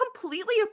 completely